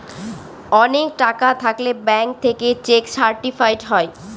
অনেক টাকা থাকলে ব্যাঙ্ক থেকে চেক সার্টিফাইড হয়